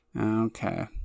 Okay